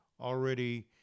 already